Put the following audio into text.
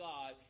God